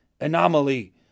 anomaly